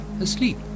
asleep